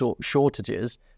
shortages